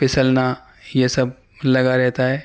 پھسلنا یہ سب لگا رہتا ہے